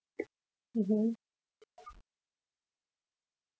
mmhmm